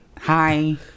Hi